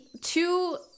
two